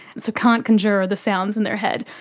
so can't conjure the sounds in their head,